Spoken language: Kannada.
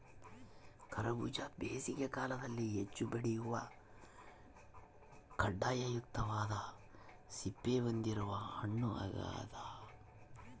ಕರಬೂಜ ಬೇಸಿಗೆ ಕಾಲದಲ್ಲಿ ಹೆಚ್ಚು ಬೆಳೆಯುವ ಖಂಡಯುಕ್ತವಾದ ಸಿಪ್ಪೆ ಹೊಂದಿರುವ ಹಣ್ಣು ಆಗ್ಯದ